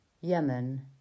Yemen